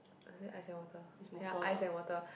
or is it ice and water ya ice and water